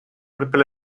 propio